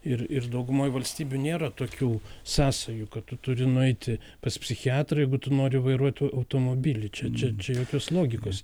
ir ir daugumoj valstybių nėra tokių sąsajų kad tu turi nueiti pas psichiatrą jeigu tu nori vairuoti automobilį čia čia čia jokios logikos